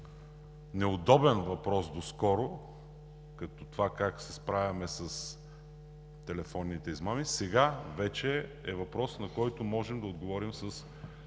неудобен въпрос доскоро, като този как се справяме с телефонните измамници, сега вече е въпрос, на който можем да отговорим с